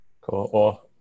Cool